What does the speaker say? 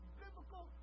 biblical